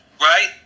right